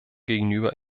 gegenüber